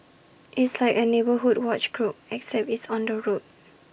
it's like A neighbourhood watch group except it's on the road